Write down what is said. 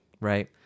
right